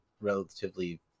relatively